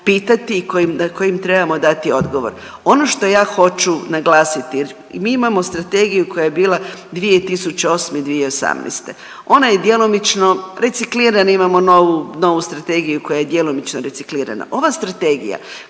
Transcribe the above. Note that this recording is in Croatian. pitati i na koja trebamo dati odgovor. Ono što ja hoću naglasiti, mi imamo strategiju koja je bila 2008.-2018. ona je djelomično reciklirana, imamo novu strategiju koja je djelomično reciklirana. Ova strategija